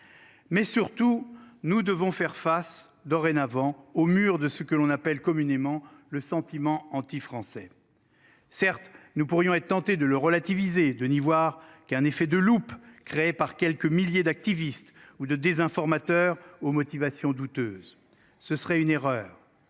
Mais surtout, nous devons faire face. Dorénavant au mur de ce que l'on appelle communément le sentiment anti-français. Certes, nous pourrions être tentés de le relativiser de n'y voir qu'a un effet de loupe créée par quelques milliers d'activistes ou de des informateurs aux motivations douteuses. Ce serait une erreur,